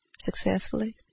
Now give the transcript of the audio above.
successfully